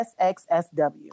SXSW